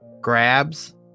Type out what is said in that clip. grabs